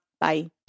Bye